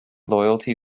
loyalty